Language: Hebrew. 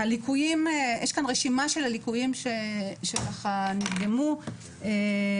יש כאן רשימה של הליקויים שנדגמו ואני